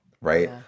right